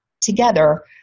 together